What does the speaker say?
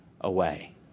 away